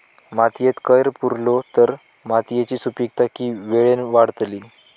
मातयेत कैर पुरलो तर मातयेची सुपीकता की वेळेन वाडतली?